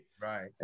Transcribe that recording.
right